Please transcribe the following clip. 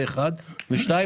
דבר שני,